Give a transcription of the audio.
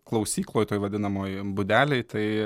klausykloj toj vadinamoj būdelėj tai